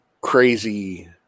crazy